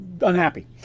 unhappy